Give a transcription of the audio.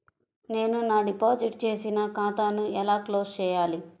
నేను నా డిపాజిట్ చేసిన ఖాతాను ఎలా క్లోజ్ చేయాలి?